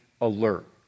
alert